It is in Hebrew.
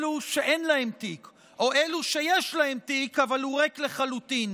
אלו שאין להם תיק או אלו שיש להם תיק אבל הוא ריק לחלוטין.